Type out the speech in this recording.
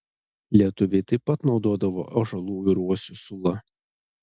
lietuviai taip pat naudodavo ąžuolų ir uosių sulą